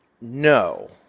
No